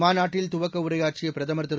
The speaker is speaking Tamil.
மாநாட்டில் துவக்கவுரையாற்றிய பிரதமர் திரு